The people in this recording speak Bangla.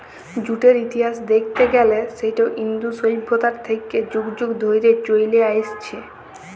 জুটের ইতিহাস দ্যাইখতে গ্যালে সেট ইন্দু সইভ্যতা থ্যাইকে যুগ যুগ ধইরে চইলে আইসছে